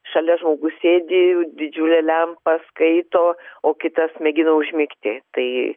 šalia žmogus sėdi didžiulė lempa skaito o kitas mėgina užmigti tai